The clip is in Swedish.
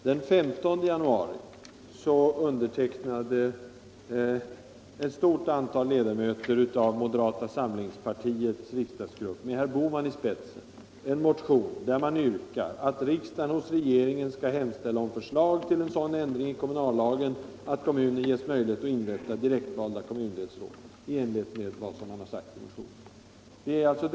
Herr talman! Den 15 januari undertecknade ett stort antal ledamöter av moderata samlingspartiets riksdagsgrupp med herr Bohman i spetsen en motion, nr 93, där man yrkar att riksdagen hos regeringen skall hemställa om förslag till sådan ändring av kommunallagen att kommunerna ges möjlighet att inrätta direktvalda kommundelsråd i enlighet med vad som sagts i motionen.